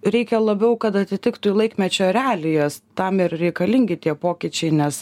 reikia labiau kad atitiktų į laikmečio realijas tam ir reikalingi tie pokyčiai nes